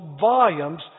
volumes